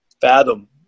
fathom